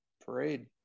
parade